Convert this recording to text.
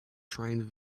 trained